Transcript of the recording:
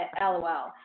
LOL